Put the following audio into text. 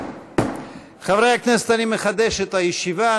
חברי הכנסת, אני מחדש את הישיבה.